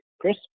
Chris